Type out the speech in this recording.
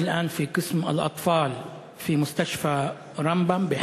מאושפזת כעת במחלקת ילדים בבית-החולים רמב"ם.